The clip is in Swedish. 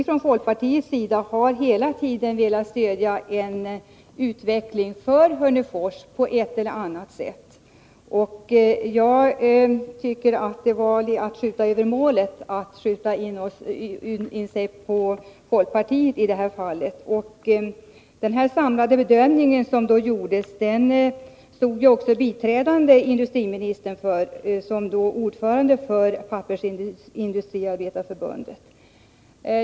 Från folkpartiets sida har vi hela tiden velat stödja en utveckling för Hörnefors på ett eller annat sätt. Jag tycker att det var att skjuta över målet att sikta in sig på folkpartiet i det här fallet. Den samlade bedömning som gjordes 1981 stod också biträdande industriministern för — då som ordförande i Pappersindustriarbetareförbundet.